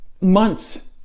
months